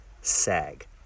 sag